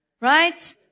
right